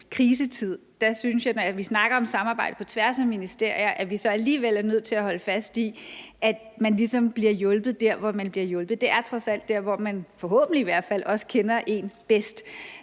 krisetid, hvor vi snakker om samarbejder på tværs af ministerier, synes jeg, at vi så alligevel er nødt til at holde fast i, at man ligesom bliver hjulpet der, hvor man normalt bliver hjulpet. Det er trods alt der, hvor man forhåbentlig i hvert fald også kender